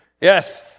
Yes